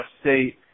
State